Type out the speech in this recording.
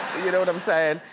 you know what i'm saying?